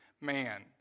man